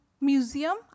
museum